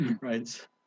right